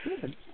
Good